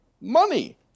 money